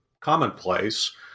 commonplace